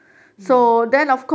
mm